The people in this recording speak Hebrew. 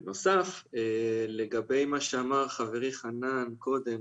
בנוסף, לגבי מה שאמר חברי חנן קודם: